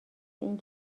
این